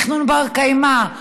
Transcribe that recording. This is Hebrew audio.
תכנון בר-קיימא.